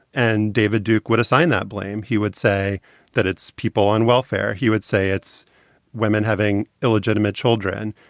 and david duke would assign that blame. he would say that it's people on welfare. he would say it's women having illegitimate children.